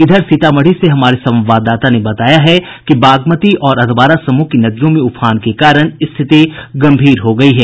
इधर सीतामढ़ी से हमारे संवाददाता ने बताया है कि बागमती और अधवारा समूह की नदियों में उफान के कारण स्थिति गंभीर हो गयी है